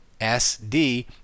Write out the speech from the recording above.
SD